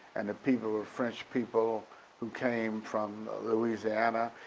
and the people, ah french people who came from louisiana,